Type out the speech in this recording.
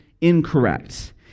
incorrect